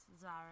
Zara